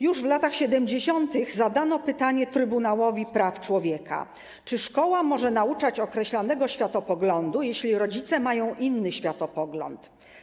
Już w latach 70. zadano pytanie trybunałowi praw człowieka: Czy szkoła może nauczać określonego światopoglądu, jeśli rodzice mają inny światopogląd?